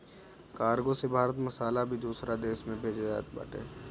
cargo से भारत मसाला भी दूसरा देस में भेजत बाटे